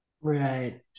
right